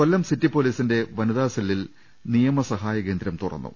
കൊല്ലം city പൊലീസിന്റെ വനിതാസെല്ലിൽ നിയമസഹായ കേന്ദ്രം തുറന്നു